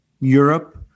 Europe